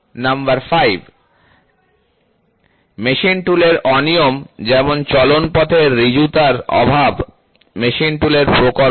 5 machine টুলের অনিয়ম যেমন চলনপথের ঋজুতার অভাব মেশিন টুলের প্রকরণ